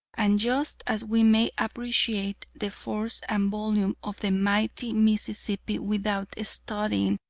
and just as we may appreciate the force and volume of the mighty mississippi without studying,